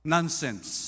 Nonsense